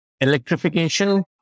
electrification